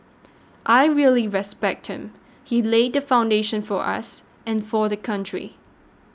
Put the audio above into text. I really respect him he laid foundation for us and for the country